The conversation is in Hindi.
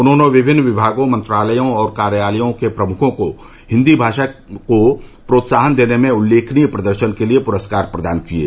उन्होंने विभिन्न विभागों मंत्रालयों और कार्यालयों के प्रमुखों को हिन्दी भाषा को प्रोत्साहन देने में उल्लेखनीय प्रदर्शन के लिए पुरस्कार प्रदान किये